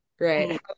right